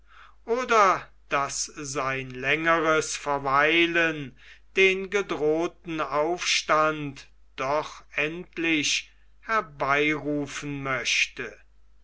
oder daß sein längeres verweilen den gedrohten aufstand doch endlich herbeirufen möchte